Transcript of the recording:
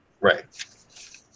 right